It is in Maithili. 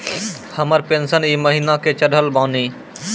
हमर पेंशन ई महीने के चढ़लऽ बानी?